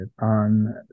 on